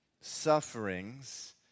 sufferings